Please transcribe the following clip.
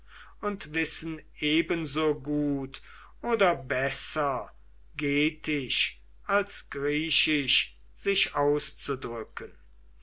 und wissen ebensogut oder besser getisch als griechisch sich auszudrücken